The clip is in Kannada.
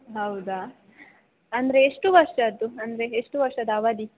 ಹೌದಾ ಅಂದರೆ ಎಷ್ಟು ವರ್ಷದ್ದು ಅಂದರೆ ಎಷ್ಟು ವರ್ಷದ ಅವಧಿ